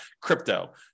crypto